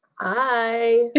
Hi